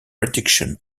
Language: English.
reduction